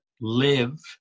live